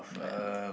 ya